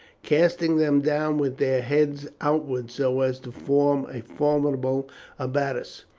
casting them down with their heads outwards so as to form a formidable abbatis.